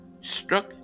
struck